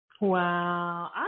Wow